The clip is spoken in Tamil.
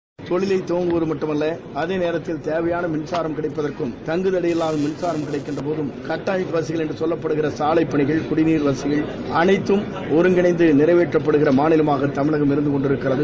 செகண்ட்ஸ் தொழில் தொடங்குவதற்கு மட்டுமல்ல அதே நேரத்தில் தேவையான மின்சாரம் கிடைப்பதற்கும் தங்குதடையின்றி மின்சாரம் கிடைப்பதற்கும் கட்டமைப்பு வசதிகள் என்று சொல்லப்படுகின்ற சாலை மற்றும் குடிநீர் வசதிகள் அனைத்தும் ஒருங்கிணைந்து நிறைவேற்றப்படுகின்ற மாநிலமாக தமிழகம் திகழ்ந்து கொண்டிருக்கிறது